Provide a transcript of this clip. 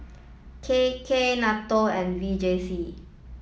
K K NATO and V J C